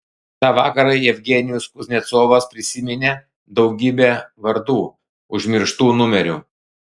tą vakarą jevgenijus kuznecovas prisiminė daugybė vardų užmirštų numerių